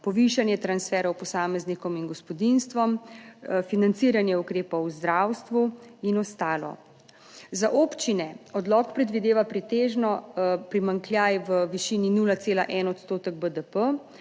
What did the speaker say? povišanje transferov posameznikom in gospodinjstvom, financiranje ukrepov v zdravstvu in ostalo. Za občine odlok predvideva pretežno primanjkljaj v višini 0,1 odstotek BDP,